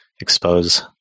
expose